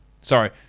Sorry